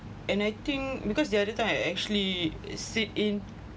and I think because the other time I actually sit in